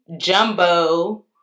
Jumbo